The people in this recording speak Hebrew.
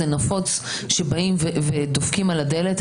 זה נפוץ שבאים ודופקים על הדלת?